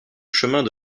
chemins